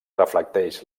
reflecteix